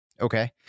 Okay